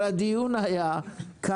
אני לא רוצה עיר ספציפית אבל הדיון היה על